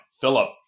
Philip